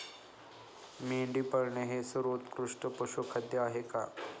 मेंढी पाळणे हे सर्वोत्कृष्ट पशुखाद्य आहे का?